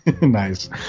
nice